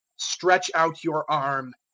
stretch out your arm.